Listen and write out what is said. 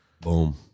Boom